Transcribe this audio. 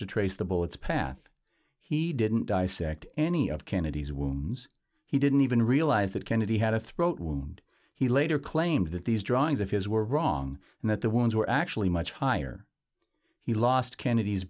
to trace the bullets path he didn't dissect any of kennedy's wounds he didn't even realize that kennedy had a throat wound he later claimed that these drawings of his were wrong and that the wounds were actually much higher he lost kennedy